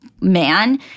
man